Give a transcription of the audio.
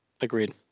Agreed